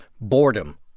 Boredom